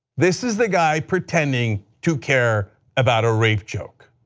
this is the guy pretending to care about a rape joke.